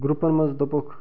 گرٛوپَن منٛز دوٚپُکھ